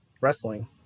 wrestling